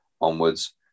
onwards